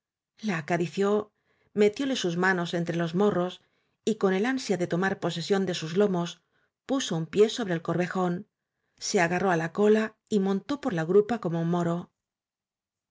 la acarició metióle sus manos entre los morros y con el ansia de tomar posesión de sus lomos puso un pie sobre el corvejón se aga lo áñ rró á la cola y montó por la grupa como un moro